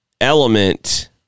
element